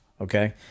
Okay